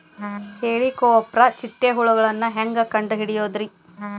ಹೇಳಿಕೋವಪ್ರ ಚಿಟ್ಟೆ ಹುಳುಗಳನ್ನು ಹೆಂಗ್ ಕಂಡು ಹಿಡಿಯುದುರಿ?